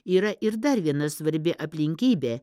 yra ir dar viena svarbi aplinkybė